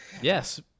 Yes